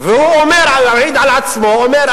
והוא מעיד על עצמו ואומר,